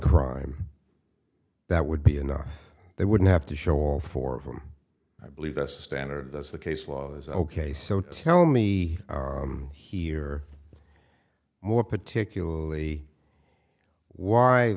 crime that would be enough they wouldn't have to show all four of them i believe the standard as the case law is ok so tell me here more particularly why